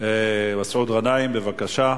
מסעוד גנאים, בבקשה.